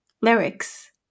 lyrics